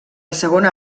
segona